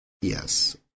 Yes